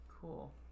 Cool